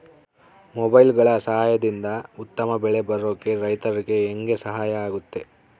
ಮೊಬೈಲುಗಳ ಸಹಾಯದಿಂದ ಉತ್ತಮ ಬೆಳೆ ಬರೋಕೆ ರೈತರಿಗೆ ಹೆಂಗೆ ಸಹಾಯ ಆಗುತ್ತೆ?